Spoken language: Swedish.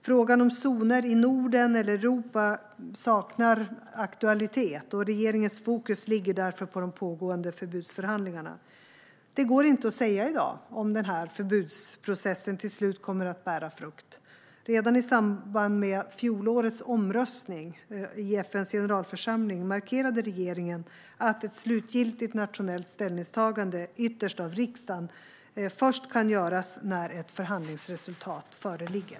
Frågan om zoner i Norden eller Europa saknar aktualitet, och regeringens fokus ligger därför på de pågående förbudsförhandlingarna. Det går i dag inte att säga om förbudsprocessen till slut kommer att bära frukt. Redan i samband med fjolårets omröstning i FN:s generalförsamling markerade regeringen att ett slutgiltigt nationellt ställningstagande - ytterst av riksdagen - kan göras först när ett förhandlingsresultat föreligger.